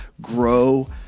grow